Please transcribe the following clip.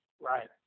Right